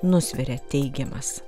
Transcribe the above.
nusveria teigiamas